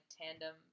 tandem